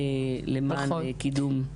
למען קידום.